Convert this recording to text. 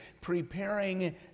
preparing